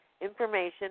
information